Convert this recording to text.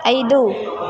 ಐದು